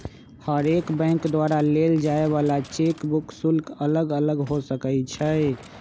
हरेक बैंक द्वारा लेल जाय वला चेक बुक शुल्क अलग अलग हो सकइ छै